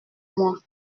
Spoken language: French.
moi